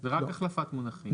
זה רק החלפת מונחים.